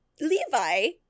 Levi